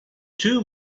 two